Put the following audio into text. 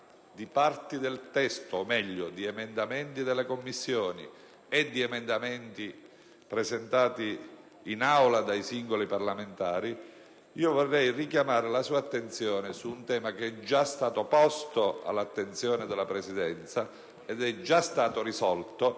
di parti del testo o, meglio, di emendamenti della Commissione e di emendamenti presentati in Aula da singoli parlamentari, vorrei richiamare la sua attenzione sul tema, già posto all'attenzione della Presidenza e già risolto